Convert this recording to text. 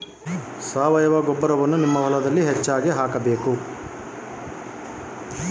ನನ್ನ ಹೊಲದ ಮಣ್ಣಿನಾಗ ಹ್ಯೂಮಸ್ ಅಂಶವನ್ನ ಹೆಚ್ಚು ಮಾಡಾಕ ನಾನು ಏನು ಮಾಡಬೇಕು?